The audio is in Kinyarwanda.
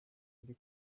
mbi